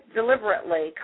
deliberately